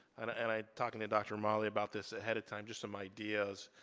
and i talked to dr. romali about this ahead of time, just some ideas.